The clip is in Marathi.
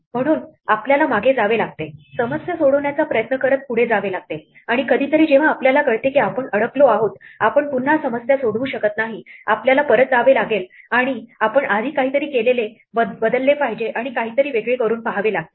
म्हणून आपल्याला मागे जावे लागेल समस्या सोडवण्याचा प्रयत्न करत पुढे जावे लागेल आणि कधीतरी जेव्हा आपल्याला कळते की आपण अडकलो आहोत आपण पुन्हा समस्या सोडवू शकत नाही आपल्याला परत जावे लागेल आणि आपण आधी केलेले काहीतरी बदलले पाहिजे आणि काहीतरी वेगळे करून पहावे लागेल